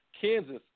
Kansas